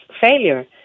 failure